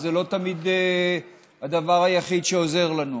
אבל זה לא תמיד הדבר היחיד שעוזר לנו.